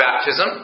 baptism